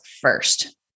first